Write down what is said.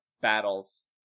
battles